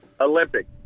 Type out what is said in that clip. olympic